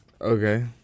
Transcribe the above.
Okay